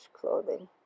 clothing